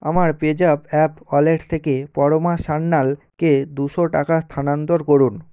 আমার পেজ্যাপ app wallet থেকে পরমা সান্যালকে দুশো টাকা স্থানান্তর করুন